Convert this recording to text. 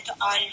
on